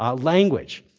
ah language.